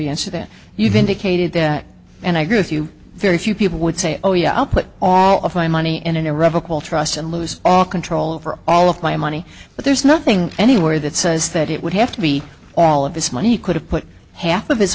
that you've indicated that and i agree with you very few people would say oh yeah i'll put all of my money in an irrevocable trust and lose all control over all of my money but there's nothing anywhere that says that it would have to be all of his money he could have put half of his